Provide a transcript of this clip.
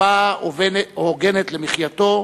קצבה הוגנת למחייתו,